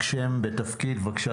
בבקשה.